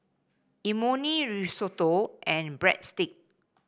Imoni Risotto and Breadsticks